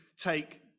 take